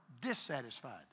dissatisfied